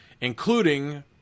including